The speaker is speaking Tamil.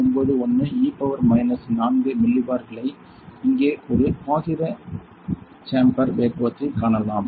91 E பவர் மைனஸ் 4 மில்லிபார்களை இங்கே ஒரு காகித சேம்பர் வேக்குவத்தை காணலாம்